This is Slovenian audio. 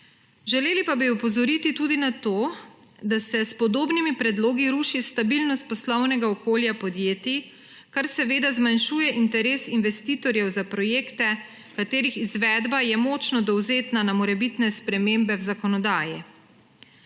Želeli pa bi opozoriti tudi na to, da se s podobnimi predlogi ruši stabilnost poslovnega okolja podjetij, kar seveda zmanjšuje interes investitorjev za projekte, katerih izvedba je močno dovzetna na morebitne spremembe v zakonodaji.